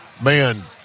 man